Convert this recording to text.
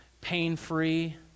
pain-free